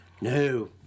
No